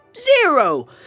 zero